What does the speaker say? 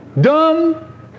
dumb